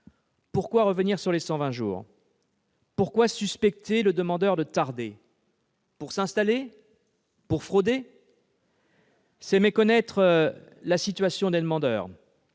Pourquoi revenir sur les 120 jours ? Pourquoi suspecter le demandeur de tarder ? Pour s'installer, pour frauder ? C'est méconnaître la situation des demandeurs.